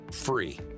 free